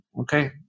okay